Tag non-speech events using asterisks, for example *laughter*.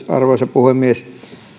*unintelligible* arvoisa puhemies